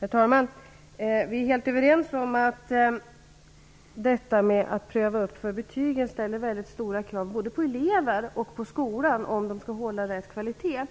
Herr talman! Vi är helt överens om att detta med att pröva för betyg ställer väldigt stora krav på både elever och skolan, om de skall hålla rätt kvalitet.